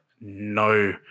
no